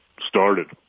started